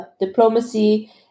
Diplomacy